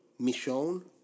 Michonne